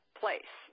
place